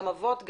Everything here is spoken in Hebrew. גם אבות,